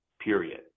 period